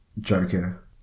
Joker